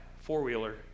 four-wheeler